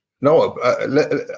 No